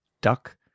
Duck